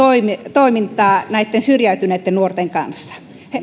toimintaa näitten syrjäytyneitten nuorten kanssa he